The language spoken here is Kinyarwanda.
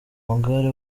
magare